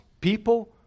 people